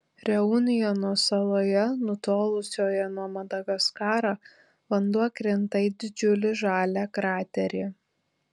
reunjono saloje nutolusioje nuo madagaskaro vanduo krinta į didžiulį žalią kraterį